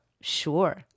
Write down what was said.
sure